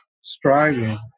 striving